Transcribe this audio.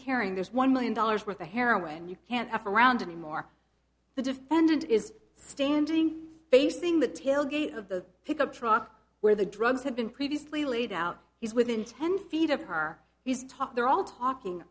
carrying there's one million dollars worth of heroin you can't offer around anymore the defendant is standing facing the tailgate of the pickup truck where the drugs had been previously laid out he's within ten feet of her he's talked they're all talking